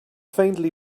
faintly